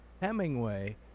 Hemingway